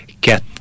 get